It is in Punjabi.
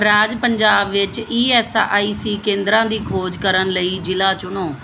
ਰਾਜ ਪੰਜਾਬ ਵਿੱਚ ਈ ਐੱਸ ਆਈ ਸੀ ਕੇਂਦਰਾਂ ਦੀ ਖੋਜ ਕਰਨ ਲਈ ਜ਼ਿਲ੍ਹਾ ਚੁਣੋ